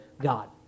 God